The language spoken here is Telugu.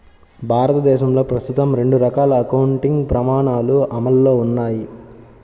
భారతదేశంలో ప్రస్తుతం రెండు రకాల అకౌంటింగ్ ప్రమాణాలు అమల్లో ఉన్నాయి